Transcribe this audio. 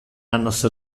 annos